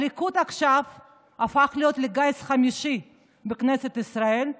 הליכוד עכשיו הפך להיות לגיס חמישי בכנסת ישראל,